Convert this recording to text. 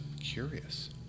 curious